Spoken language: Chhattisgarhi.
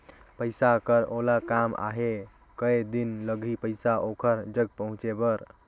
पइसा कर ओला काम आहे कये दिन लगही पइसा ओकर जग पहुंचे बर?